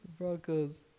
Broncos